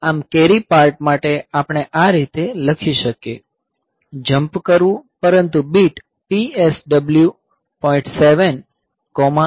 આમ carry part માટે આપણે આ રીતે લખી શકીએ જમ્પ કરવું પરંતુ બીટ PSW